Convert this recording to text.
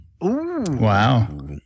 Wow